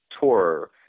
tour